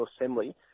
Assembly